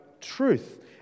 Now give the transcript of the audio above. truth